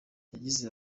yagize